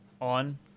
on